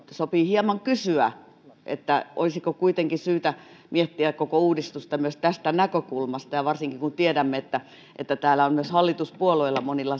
sopii hieman kysyä että olisiko kuitenkin syytä miettiä koko uudistusta myös tästä näkökulmasta varsinkin kun tiedämme että että täällä on myös hallituspuolueissa monilla